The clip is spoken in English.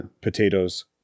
potatoes